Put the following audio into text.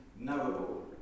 knowable